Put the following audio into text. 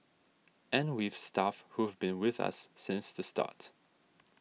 and we've staff who've been with us since the start